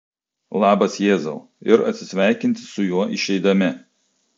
labas jėzau ir atsisveikinti su juo išeidami